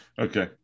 Okay